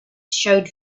showed